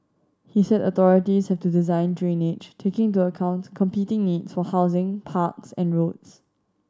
he said authorities have to design drainage taking into account competing needs for housing parks and roads